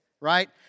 right